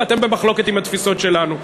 ואתם במחלוקת עם התפיסות שלנו.